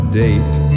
date